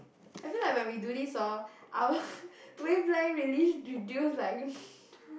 I mean like when we like do this orh our wavelength really reduce like